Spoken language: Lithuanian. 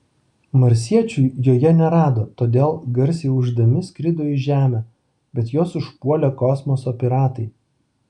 marsiečių joje nerado todėl garsiai ūždami skrido į žemę bet juos užpuolė kosmoso piratai